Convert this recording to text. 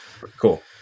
Cool